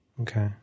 Okay